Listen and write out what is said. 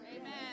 Amen